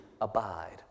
abide